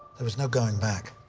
there was no going back.